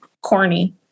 corny